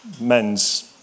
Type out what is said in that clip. men's